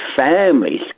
families